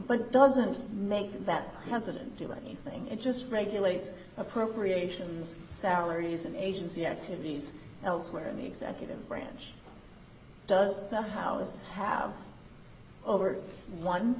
it doesn't make them that have to do anything it just regulates appropriations salaries and agency activities elsewhere in the executive branch does the house have over one